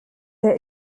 der